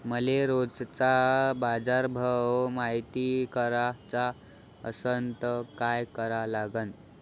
मले रोजचा बाजारभव मायती कराचा असन त काय करा लागन?